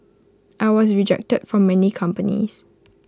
I was rejected from many companies